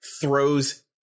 throws